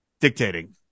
dictating